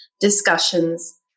discussions